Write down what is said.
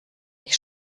ich